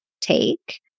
take